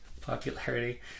popularity